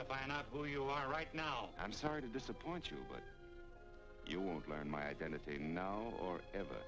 to find out who you are right now i'm sorry to disappoint you but you won't learn my identity now or ever